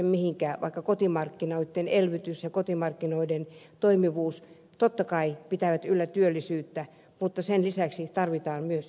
vaikka kotimarkkinoitten elvytys ja kotimarkkinoiden toimivuus totta kai pitävät yllä työllisyyttä sen lisäksi tarvitaan myös vientiä